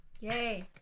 Yay